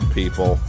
people